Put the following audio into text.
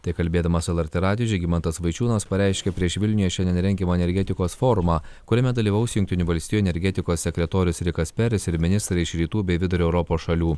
tai kalbėdamas lrt radijui žygimantas vaičiūnas pareiškė prieš vilniuje šiandien rengiamą energetikos forumą kuriame dalyvaus jungtinių valstijų energetikos sekretorius rikas peris ir ministrai iš rytų bei vidurio europos šalių